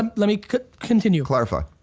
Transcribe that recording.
um let me continue. clarify.